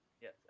Yes